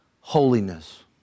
holiness